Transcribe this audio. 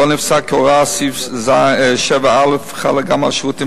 שבו נפסק כי הוראת סעיף 7א חלה גם על שירותים